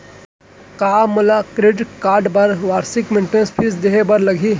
का मोला credit card बर वार्षिक मेंटेनेंस फीस देहे बर लागही?